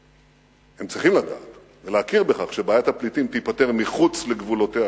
הם צריכים לדעת ולהכיר בכך שבעיית הפליטים תיפתר מחוץ לגבולותיה